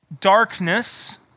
Darkness